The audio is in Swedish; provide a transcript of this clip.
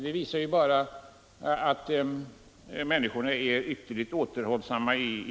Det visar bara att människorna här i landet är ytterligt återhållsamma.